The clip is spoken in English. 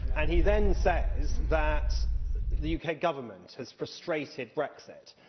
and he then says that the uk government has frustrated brexit.